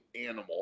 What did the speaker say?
animal